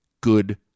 good